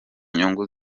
nyungu